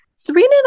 Serena